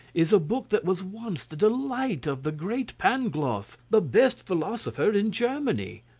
is a book that was once the delight of the great pangloss, the best philosopher in germany.